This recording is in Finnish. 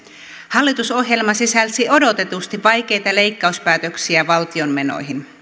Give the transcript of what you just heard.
hallitusohjelma sisälsi odotetusti vaikeita leikkauspäätöksiä valtion menoihin